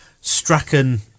Strachan